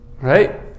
right